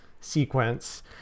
sequence